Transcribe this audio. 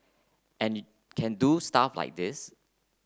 and can do stuff like this